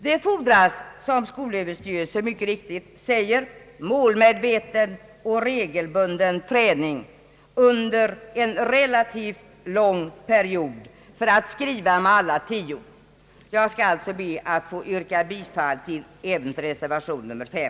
Det fordras, som skolöverstyrelsen mycket riktigt säger, målmedveten och regelbunden träning under en relativt lång period för att kunna skriva med tio fingrar. Jag skall alltså be att få yrka bifall även till reservation 5.